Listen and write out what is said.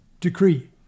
decree